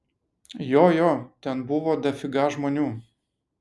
jo jo ten buvo dafiga žmonių